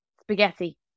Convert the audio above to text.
Spaghetti